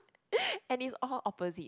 and it's all opposite you